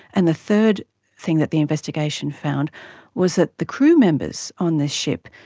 and the third thing that the investigation found was that the crew members on this ship,